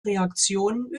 reaktionen